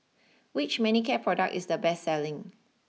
which Manicare product is the best selling